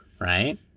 Right